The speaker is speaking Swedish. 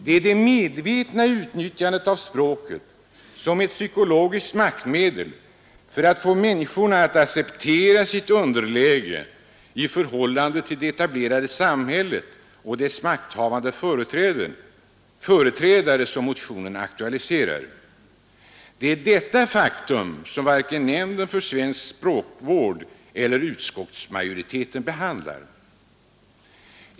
Det är det medvetna utnyttjandet av språket — som ett psykologiskt maktmedel för att få människorna att acceptera sitt underläge i förhållande till det etablerade samhället och dess makthavande företrädare — som motionen aktualiserar. Det är detta faktum som varken Nämnden för svensk språkvård eller utskottsmajoriteten behandlar.